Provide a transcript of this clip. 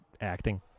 acting